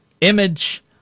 image